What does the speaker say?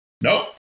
nope